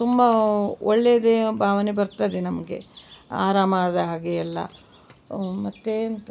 ತುಂಬ ಒಳ್ಳೆಯದೆ ಭಾವನೆ ಬರ್ತದೆ ನಮಗೆ ಆರಾಮಾದ ಹಾಗೆ ಎಲ್ಲ ಮತ್ತೆ